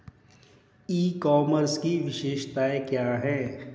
ई commerce की विशेषताएं क्या हैं?